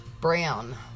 Brown